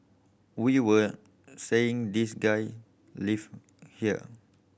we were saying this guy live here